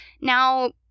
now